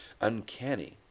uncanny